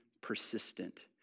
persistent